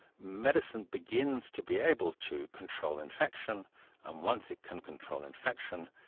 medicine begins to be able to control infection and once it can control infection,